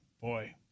Boy